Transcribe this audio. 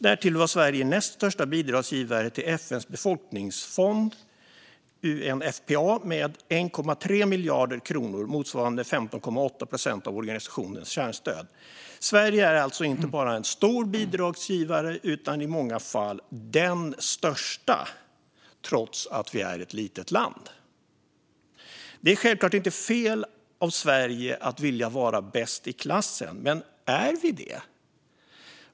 Därtill var Sverige näst största bidragsgivare till FN:s befolkningsfond, UNFPA, med 1,3 miljarder kronor, motsvarande 15,8 procent av organisationens kärnstöd. Sverige är alltså inte bara en stor bidragsgivare utan i många fall den största, trots att vi är ett litet land. Det är självklart inte fel av Sverige att vilja vara bäst i klassen, men är vi det?